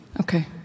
Okay